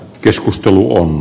keskustelu on